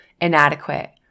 inadequate